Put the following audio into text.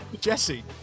Jesse